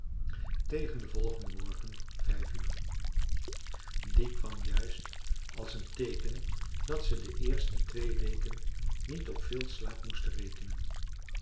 tegen den volgenden morgen vijf uur die kwam juist als een teeken dat ze de eerste twee weken niet op veel slaap moesten rekenen